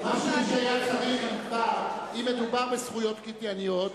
אם מדובר בזכויות קנייניות,